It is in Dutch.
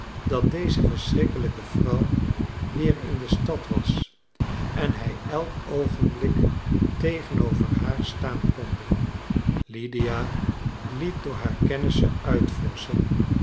dat deze verschrikkelijke vrouw weer in de stad was en hij elk oogenblik tegenover haar staan konde lydia liet door haar kennissen